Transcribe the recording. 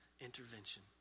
intervention